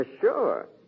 sure